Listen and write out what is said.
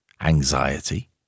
anxiety